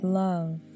love